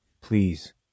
please